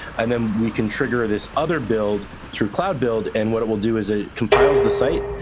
and then we can trigger this other build through cloud build. and what it will do is a compiles the site.